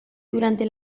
durante